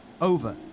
Over